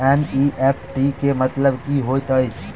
NEFT केँ मतलब की होइत अछि?